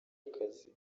akazi